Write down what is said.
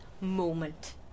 moment